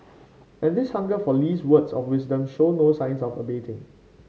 and this hunger for Lee's words of wisdom show no signs of abating